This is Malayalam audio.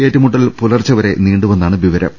ഏറ്റുമുട്ടൽ പുലർച്ചെവരെ നീണ്ടുവെന്നാണ് വിവരം